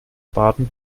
baden